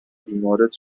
بیمورد